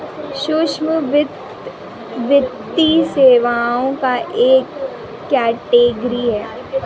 सूक्ष्म वित्त, वित्तीय सेवाओं का एक कैटेगरी है